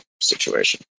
situation